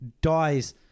dies